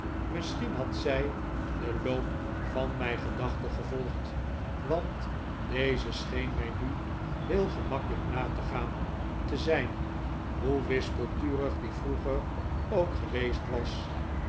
misschien had zij den loop van mijn gedachten gevolgd want deze scheen mij nu heel gemakkelijk na te ga an te zijn hoe wispelturig die vroeger ook geweest was